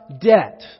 debt